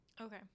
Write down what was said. Okay